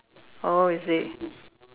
oh is it